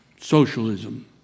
socialism